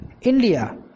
India